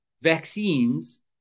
vaccines